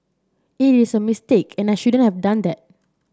it is a mistake and I shouldn't have done that